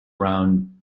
round